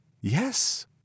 Yes